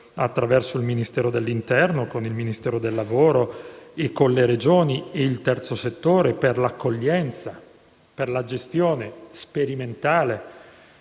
attraverso il Ministero dell'interno, con il Ministero del lavoro, con le Regioni e il terzo settore per la gestione sperimentale